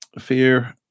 Fear